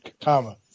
comma